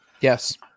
Yes